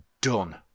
done